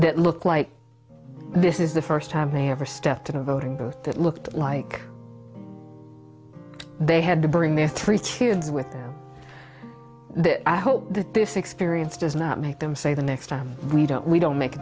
that look like this is the first time they ever stepped in a voting booth that looked like they had to bring their three tiers with that i hope that this experience does not make them say the next time we don't we don't make a